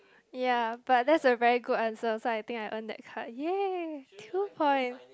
ya but that's a very good answer so I think I earn that card ya two point